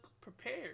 prepared